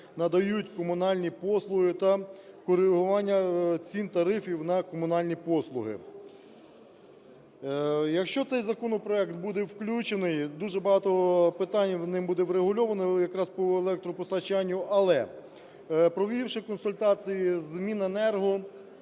надають комунальні послуги та коригування цін/тарифів на комунальні послуги. Якщо цей законопроект буде включений, дуже багато питань ним буде врегульовано якраз по електропостачанню. Але, провівши консультації з Міненерго,